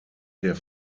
der